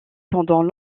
pendant